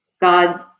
God